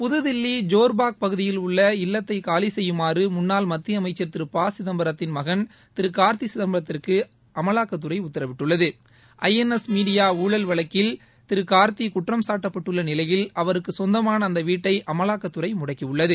புதுதில்லி ஜோர் பாக் பகுதியில் உள்ள இல்லத்தை காலி செய்யுமாறு முன்னாள் மத்திய அமைச்சர் திரு ப சிதம்பரத்தின் மகன் திரு கார்த்தி சிதம்பரத்திற்கு அமலாக்கத்துறை உத்தரவிட்டுள்ளது ஐஎன்எஸ் மீடியா ஊழல் வழக்கில் திரு கார்த்தி குற்றம் சாட்டப்பட்டுள்ள நிலையில் அவருக்கு சொந்தமான அந்த வீட்டை அமலாக்கத்துறை முடக்கியுள்ளது